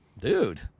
dude